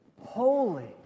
holy